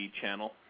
channel